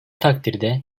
takdirde